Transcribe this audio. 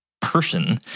Person